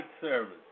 Service